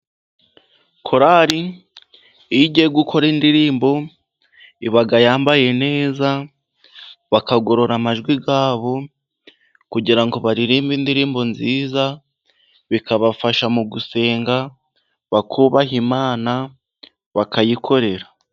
Korari iyo igiye gukora indirimbo iba yambaye neza, bakagorora amajwi yabo kugira ngo baririmbe indirimbo nziza, bikabafasha mu gusenga bakubaha Imana, bakayikorera.